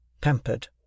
pampered